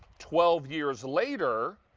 twelve years later,